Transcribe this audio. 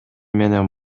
менен